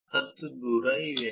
ಅಧಿಕಾರಕ್ಕೆ ಎಲ್ಲಾ ಹತ್ತುದೂರ ಇವೆ